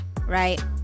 right